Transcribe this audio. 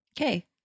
Okay